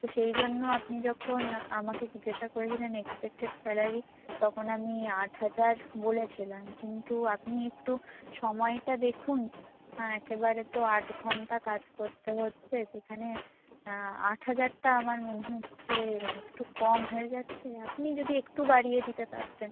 তো সেই জন্য আপনি যখন আমাকে জিজ্ঞাসা করেছিলেন এক্সপেক্টেড স্যালারি তখন আমি আট হাজার বলেছিলাম কিন্তু আপনি একটু সময়টা দেখুন একেবারে তো আট ঘন্টা কাজ করতে হচ্ছে সেখানে আট হাজারটা আমার মনে হচ্ছে যে একটু কম হয়ে যাচ্ছে আপনি যদি একটু বাড়িয়ে দিতে পারতেন